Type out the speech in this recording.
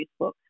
Facebook